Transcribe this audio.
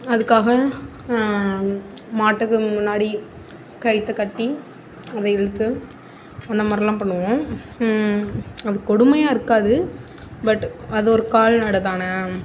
அதுக்காக மாட்டுக்கு முன்னாடி கயிற்றை கட்டி அதை இழுத்து அந்தமாதிரிலாம் பண்ணுவோம் அது கொடுமையாக இருக்காது பட் அது ஒரு கால்நடை தானே